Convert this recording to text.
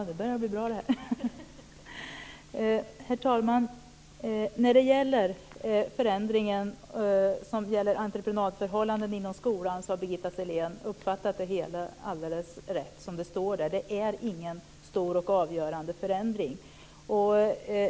Herr talman! Förändringen som gäller entreprenadförhållanden inom skolan har Birgitta Sellén uppfattat alldeles rätt. Som det står är det ingen stor och avgörande förändring.